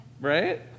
right